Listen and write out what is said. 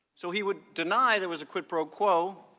so he would deny there was a quid pro quo,